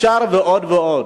ועוד ועוד.